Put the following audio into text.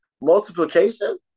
multiplication